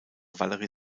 valerie